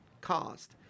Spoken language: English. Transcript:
cost